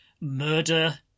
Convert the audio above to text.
murder